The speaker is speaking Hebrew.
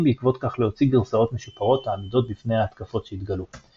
בעקבות כך להוציא גרסאות משופרות העמידות בפני ההתקפות שהתגלו.